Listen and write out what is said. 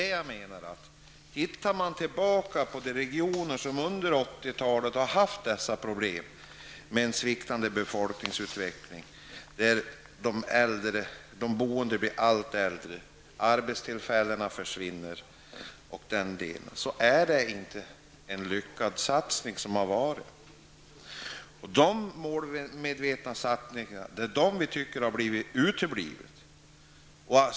Tittar man tillbaka på de regioner som under 1980 talet har haft problem med en sviktande befolkningsutveckling, där de boende blir allt äldre och där arbetstillfällena försvinner, så har det inte varit en lyckad satsning. De målmedvetna satsningarna har uteblivit.